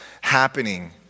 happening